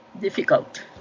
Difficult